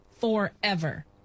forever